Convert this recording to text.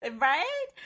Right